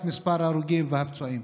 את מספר ההרוגים והפצועים.